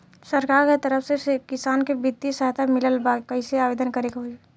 सरकार के तरफ से किसान के बितिय सहायता मिलत बा कइसे आवेदन करे के होई?